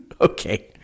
Okay